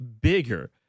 bigger